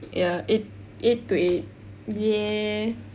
ya eight eight to eight ya